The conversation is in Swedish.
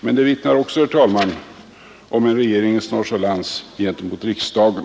Men den vittnar också om en regeringens nonchalans gentemot riksdagen.